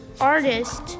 artist